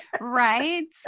right